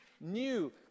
new